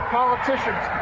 politicians